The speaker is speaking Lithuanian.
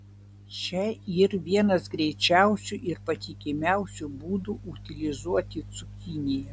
čia yr vienas greičiausių ir patikimiausių būdų utilizuoti cukiniją